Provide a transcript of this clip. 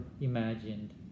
imagined